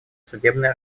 судебная